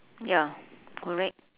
ya correct